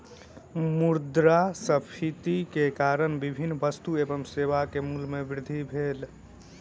मुद्रास्फीति के कारण विभिन्न वस्तु एवं सेवा के मूल्य में वृद्धि भेल